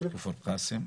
מכפר קאסם.